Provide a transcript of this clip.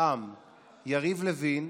בכיסאותיהם יריב לוין,